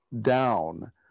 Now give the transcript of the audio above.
down